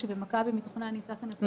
שבמכבי מתוכנן - נמצא כאן הפסיכיאטר הראשי.